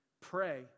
pray